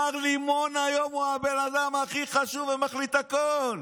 מר לימון היום הוא הבן אדם הכי חשוב ומחליט הכול.